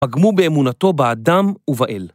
פגמו באמונתו באדם ובאל.